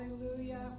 hallelujah